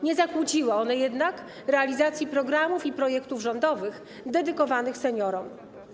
Nie zakłóciły one jednak realizacji programów i projektów rządowych dedykowanych seniorom.